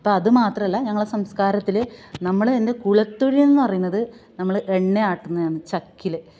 ഇപ്പോൾ അതു മാത്രമല്ല ഞങ്ങളെ സംസ്കാരത്തിൽ നമ്മൾ എന്റെ കുലത്തൊഴില്ന്നു പറയുന്നത് നമ്മൾ എണ്ണയാട്ടുന്നതാന്ന് ചക്കിൽ